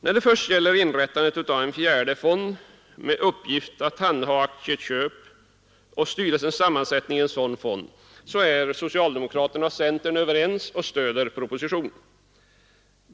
När det gäller inrättandet av en fjärde fond med uppgift att handha aktieköpen och styrelsens sammansättning i en sådan fond är socialdemokraterna och centern överens och stöder propositionen.